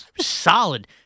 Solid